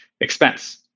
expense